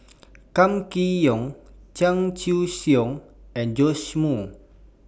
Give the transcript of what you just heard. Kam Kee Yong Chan Choy Siong and Joash Moo